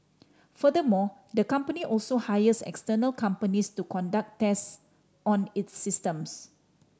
furthermore the company also hires external companies to conduct test on its systems